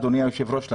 אדוני היושב-ראש,